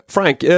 Frank